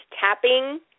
tapping